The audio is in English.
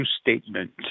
statement